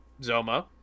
Zoma